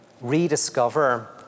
rediscover